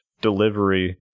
delivery